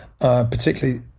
particularly